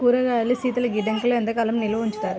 కూరగాయలను శీతలగిడ్డంగిలో ఎంత కాలం నిల్వ ఉంచుతారు?